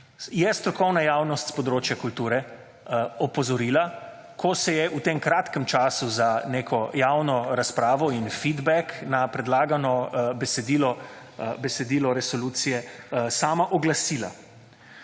je strokovna javnost s področja kulture opozorila, ko se je v tem kratkem času za neko javno razpravo in »feedback« na predlagano besedilo resolucije sama oglasila.